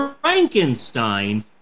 Frankenstein